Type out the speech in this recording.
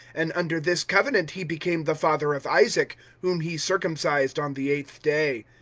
and under this covenant he became the father of isaac whom he circumcised on the eighth day.